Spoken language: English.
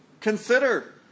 consider